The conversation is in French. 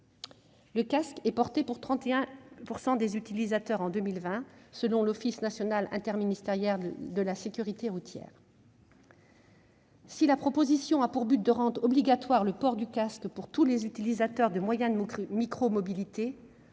Le casque est porté par 31 % des utilisateurs en 2020 selon l'Observatoire national interministériel de la sécurité routière. Si la proposition de loi a pour but de rendre obligatoire le port du casque pour tous les utilisateurs de moyens de micromobilité,